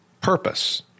purpose